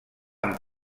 amb